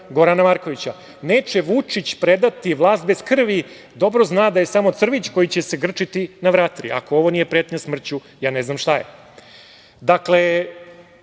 pobuna i ulica. Neće Vučić predati vlast bez krvi. Dobro zna da je samo crvić koji će se grčiti na vatri". Ako ovo nije pretnja smrću, ja ne znam šta je? Profesor